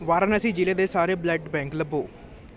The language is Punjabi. ਵਾਰਾਣਸੀ ਜ਼ਿਲ੍ਹੇ ਦੇ ਸਾਰੇ ਬਲੱਡ ਬੈਂਕ ਲੱਭੋ